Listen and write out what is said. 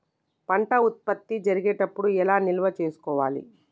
పంట ఉత్పత్తి జరిగేటప్పుడు ఎలా నిల్వ చేసుకోవాలి?